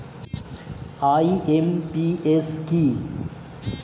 IMPS কি?